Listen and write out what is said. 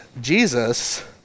Jesus